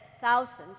thousands